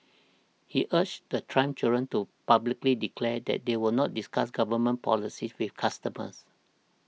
he urged the Trump children to publicly declare that they will not discuss government policy with customers